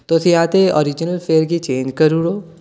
तुस जां ते ओरिजनल फेयर गी चेंज करी ओड़ो